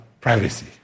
privacy